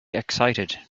excited